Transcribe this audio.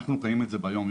אנחנו חיים את זה ביום-יום.